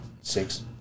Six